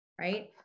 Right